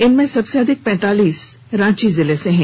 इनमें सबसे अधिक पैंतालीस लोग रांची जिले से हैं